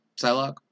Psylocke